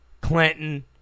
Clinton